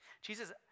Jesus